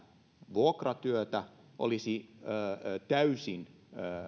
vuokratyötä olisi